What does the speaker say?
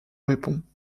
réponds